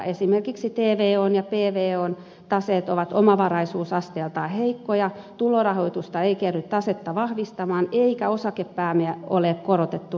esimerkiksi tvon ja pvon taseet ovat omavaraisuusasteiltaan heikkoja tulorahoitusta ei kerry tasetta vahvistamaan eikä osakepääomia ole korotettu riittävästi